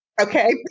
Okay